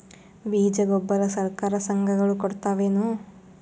ಬೀಜ ಗೊಬ್ಬರ ಸರಕಾರ, ಸಂಘ ಗಳು ಕೊಡುತಾವೇನು?